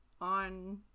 on